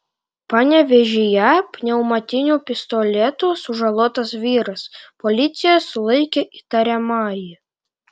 panevėžyje pneumatiniu pistoletu sužalotas vyras policija sulaikė įtariamąjį